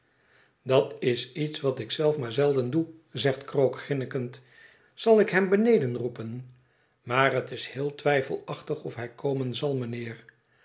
dat is iets wat ik zelf maar zelden doe zegt krook grinnekend zal ik hem beneden roepen maar het is heel twijfelachtig of hij komen zal